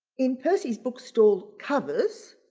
in percy's books stall covers,